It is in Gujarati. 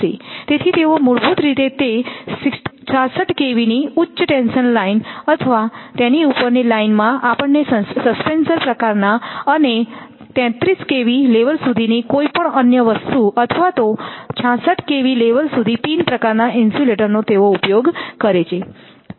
તેથી તેઓ મૂળભૂત રીતે તે 66 kVની ઉચ્ચ ટેન્શન લાઇન અથવા તેની ઉપરની લાઇનમાં આપણને સસ્પેન્શન પ્રકાર ના અને 33 kV લેવલ સુધીની કોઈપણ અન્ય વસ્તુ અથવા તો 66 kV લેવલ સુધી પિન પ્રકારનાં ઇન્સ્યુલેટરનો તેઓ ઉપયોગ કરે છે